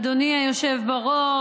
אדוני היושב-ראש,